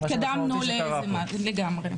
התקדמנו, לגמרי.